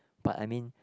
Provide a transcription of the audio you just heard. but I mean